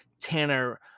Tanner